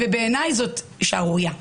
בעיניי זו שערורייה.